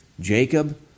Jacob